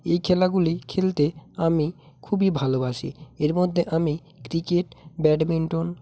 এই খেলাগুলি খেলতে আমি খুবই ভালোবাসি এর মধ্যে আমি ক্রিকেট ব্যাডমিন্টন